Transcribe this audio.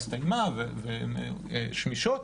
הסתיימה והן שמישות.